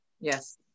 Yes